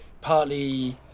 partly